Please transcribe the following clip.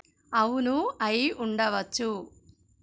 అవును అయి ఉండవచ్చు